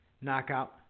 knockout